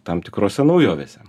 tam tikrose naujovėse